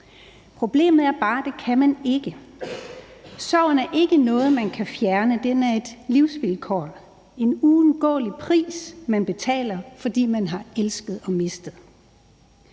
Problemet er bare, at det kan man ikke. Sorg er ikke noget man kan fjerne. Den er et livslivsvilkår, en uundgåelig pris, man betaler, fordi man har elsket og mistet.